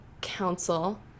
council